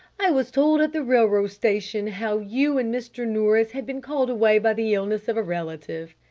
i was told at the railroad station how you and mr. nourice had been called away by the illness of a relative.